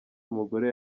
umugore